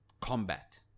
combat